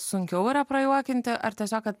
sunkiau yra prajuokinti ar tiesiog kad